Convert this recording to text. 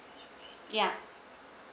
ya